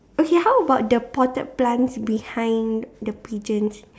okay how about the potted plants behind the pigeons